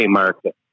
market